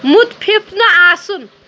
مُتفِف نہٕ آسُن